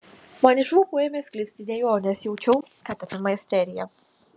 man iš lūpų ėmė sklisti dejonės jaučiau kad apima isterija